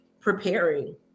preparing